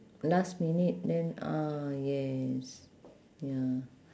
last minute then ah yes ya